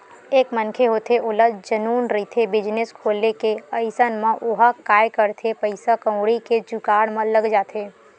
एक मनखे होथे ओला जनुन रहिथे बिजनेस खोले के अइसन म ओहा काय करथे पइसा कउड़ी के जुगाड़ म लग जाथे